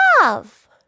love